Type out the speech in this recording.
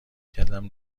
کردم